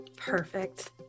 Perfect